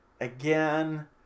again